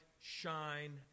shine